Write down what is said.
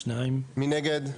2 נגד,